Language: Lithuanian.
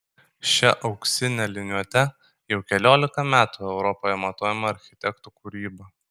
šia auksine liniuote jau keliolika metų europoje matuojama architektų kūryba